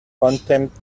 contempt